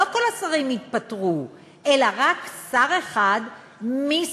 לא כל השרים יתפטרו אלא רק שר אחד מסיעה,